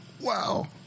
Wow